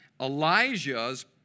Elijah's